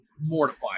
mortified